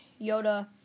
Yoda